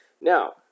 Now